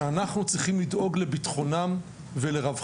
שאנחנו צריכים לדאוג לבטחונם ולרווחתם.